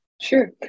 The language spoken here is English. Sure